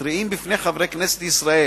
מתריעים בפני חברי כנסת ישראל